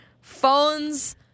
Phones